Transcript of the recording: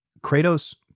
Kratos